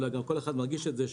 אולי גם כל אחד מרגיש את זה,